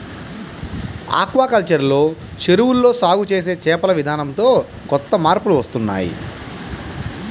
aquaculture లో చెరువుల్లో సాగు చేసే చేపల విధానంతో కొత్త మార్పులు వస్తున్నాయ్